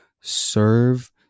serve